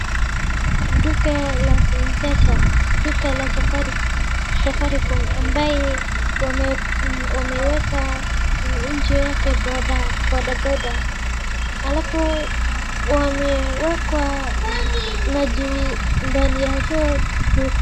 duka la mpesa , duka la safaricom ambaye wameweka nje yake bodaboda alafu wameweka maji ndani ya hiyo duka